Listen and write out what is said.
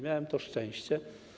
Miałem to szczęście.